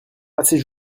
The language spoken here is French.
assez